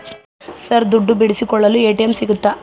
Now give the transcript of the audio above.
Sir ದುಡ್ಡು ಬಿಡಿಸಿಕೊಳ್ಳಲು ATM ಸಿಗುತ್ತಾ?